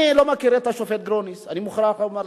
אני לא מכיר את השופט גרוניס, אני מוכרח לומר לכם.